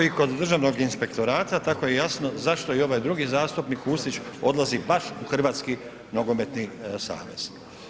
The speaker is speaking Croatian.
Kao i kod Državnog inspektorata tako je jasno zašto i ovaj drugi zastupnik Kustić odlazi baš u Hrvatski nogometni savez.